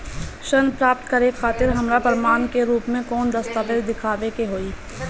ऋण प्राप्त करे खातिर हमरा प्रमाण के रूप में कौन दस्तावेज़ दिखावे के होई?